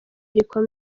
rikomeye